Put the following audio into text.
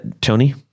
Tony